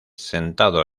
sentado